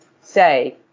say